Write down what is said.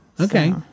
okay